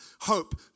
hope